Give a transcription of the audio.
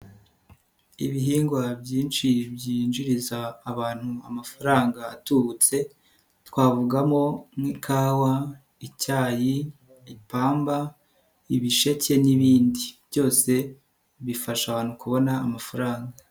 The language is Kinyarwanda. Ibihingwa byinshi byinjiriza abantu amafaranga atubutse twavugamo nk'ikawa, icyayi, ipamba, ibisheke n'ibindi, byose bifasha abantu kubona amafaranga.